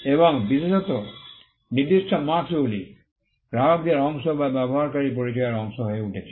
এবং এখন বিশেষত নির্দিষ্ট মার্ক্স্ গুলি গ্রাহকদের অংশ বা ব্যবহারকারী পরিচয়ের অংশ হয়ে উঠছে